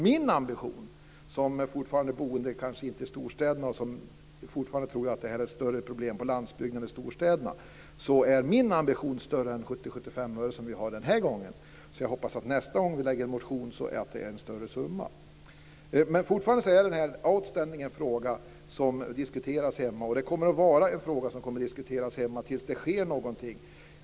Min ambition som boende i vad som kanske inte är storstäderna, jag tror fortfarande att det här är ett större problem på landsbygden än i storstäderna, är större än de 70-75 öre som vi har den här gången. Jag hoppas att det blir en större summa nästa gång vi lägger fram en motion. Fortfarande är det här en utestående fråga som diskuteras hemma. Det är en fråga som kommer att diskuteras hemma tills det sker någonting.